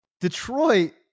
Detroit